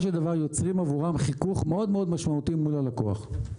של דבר יוצרים עבורם חיכוך מאוד משמעותי מול הלקוח.